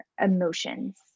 emotions